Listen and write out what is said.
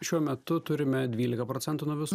šiuo metu turime dvylika procentų nuo visų